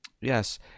yes